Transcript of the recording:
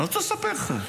אני רוצה לספר לך.